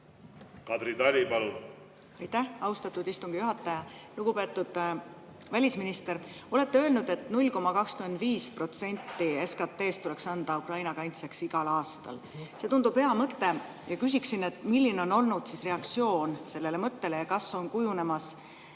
OSCE‑st saab. Aitäh, austatud istungi juhataja! Lugupeetud välisminister! Olete öelnud, et 0,25% SKT-st tuleks anda Ukraina kaitseks igal aastal. See tundub hea mõte. Küsin nii: milline on olnud reaktsioon sellele mõttele? Ja kas on kujunemas